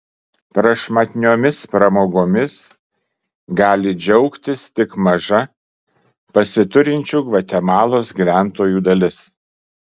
prašmatniomis pramogomis gali džiaugtis tik maža pasiturinčių gvatemalos gyventojų dalis